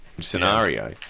scenario